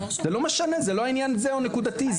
זה לא העניין זה או נקודתי,